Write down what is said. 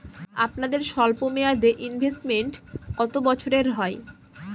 আপনাদের স্বল্পমেয়াদে ইনভেস্টমেন্ট কতো বছরের হয়?